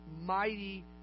mighty